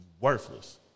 worthless